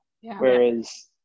whereas